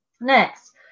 Next